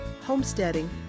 homesteading